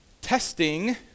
Testing